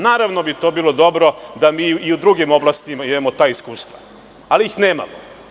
Naravno da bi to bilo dobro da mi i u drugim oblastima imamo ta iskustva, ali ih nemamo.